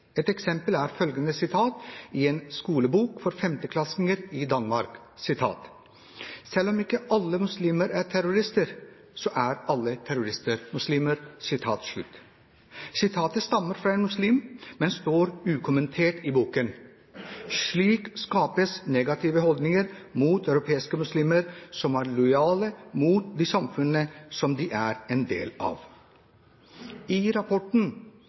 Et eksempel er sitat fra en skolebok for 5.-klassinger i Danmark, at «selv om ikke alle muslimer er terrorister, så er alle terrorister muslimer». Sitatet stammer fra en muslim, men står ukommentert i boken. Slik skapes negative holdninger mot europeiske muslimer som er lojale mot de samfunnene som de er en del av. I rapporten